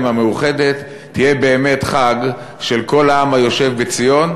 המאוחדת תהיה באמת חג של כל העם היושב בציון,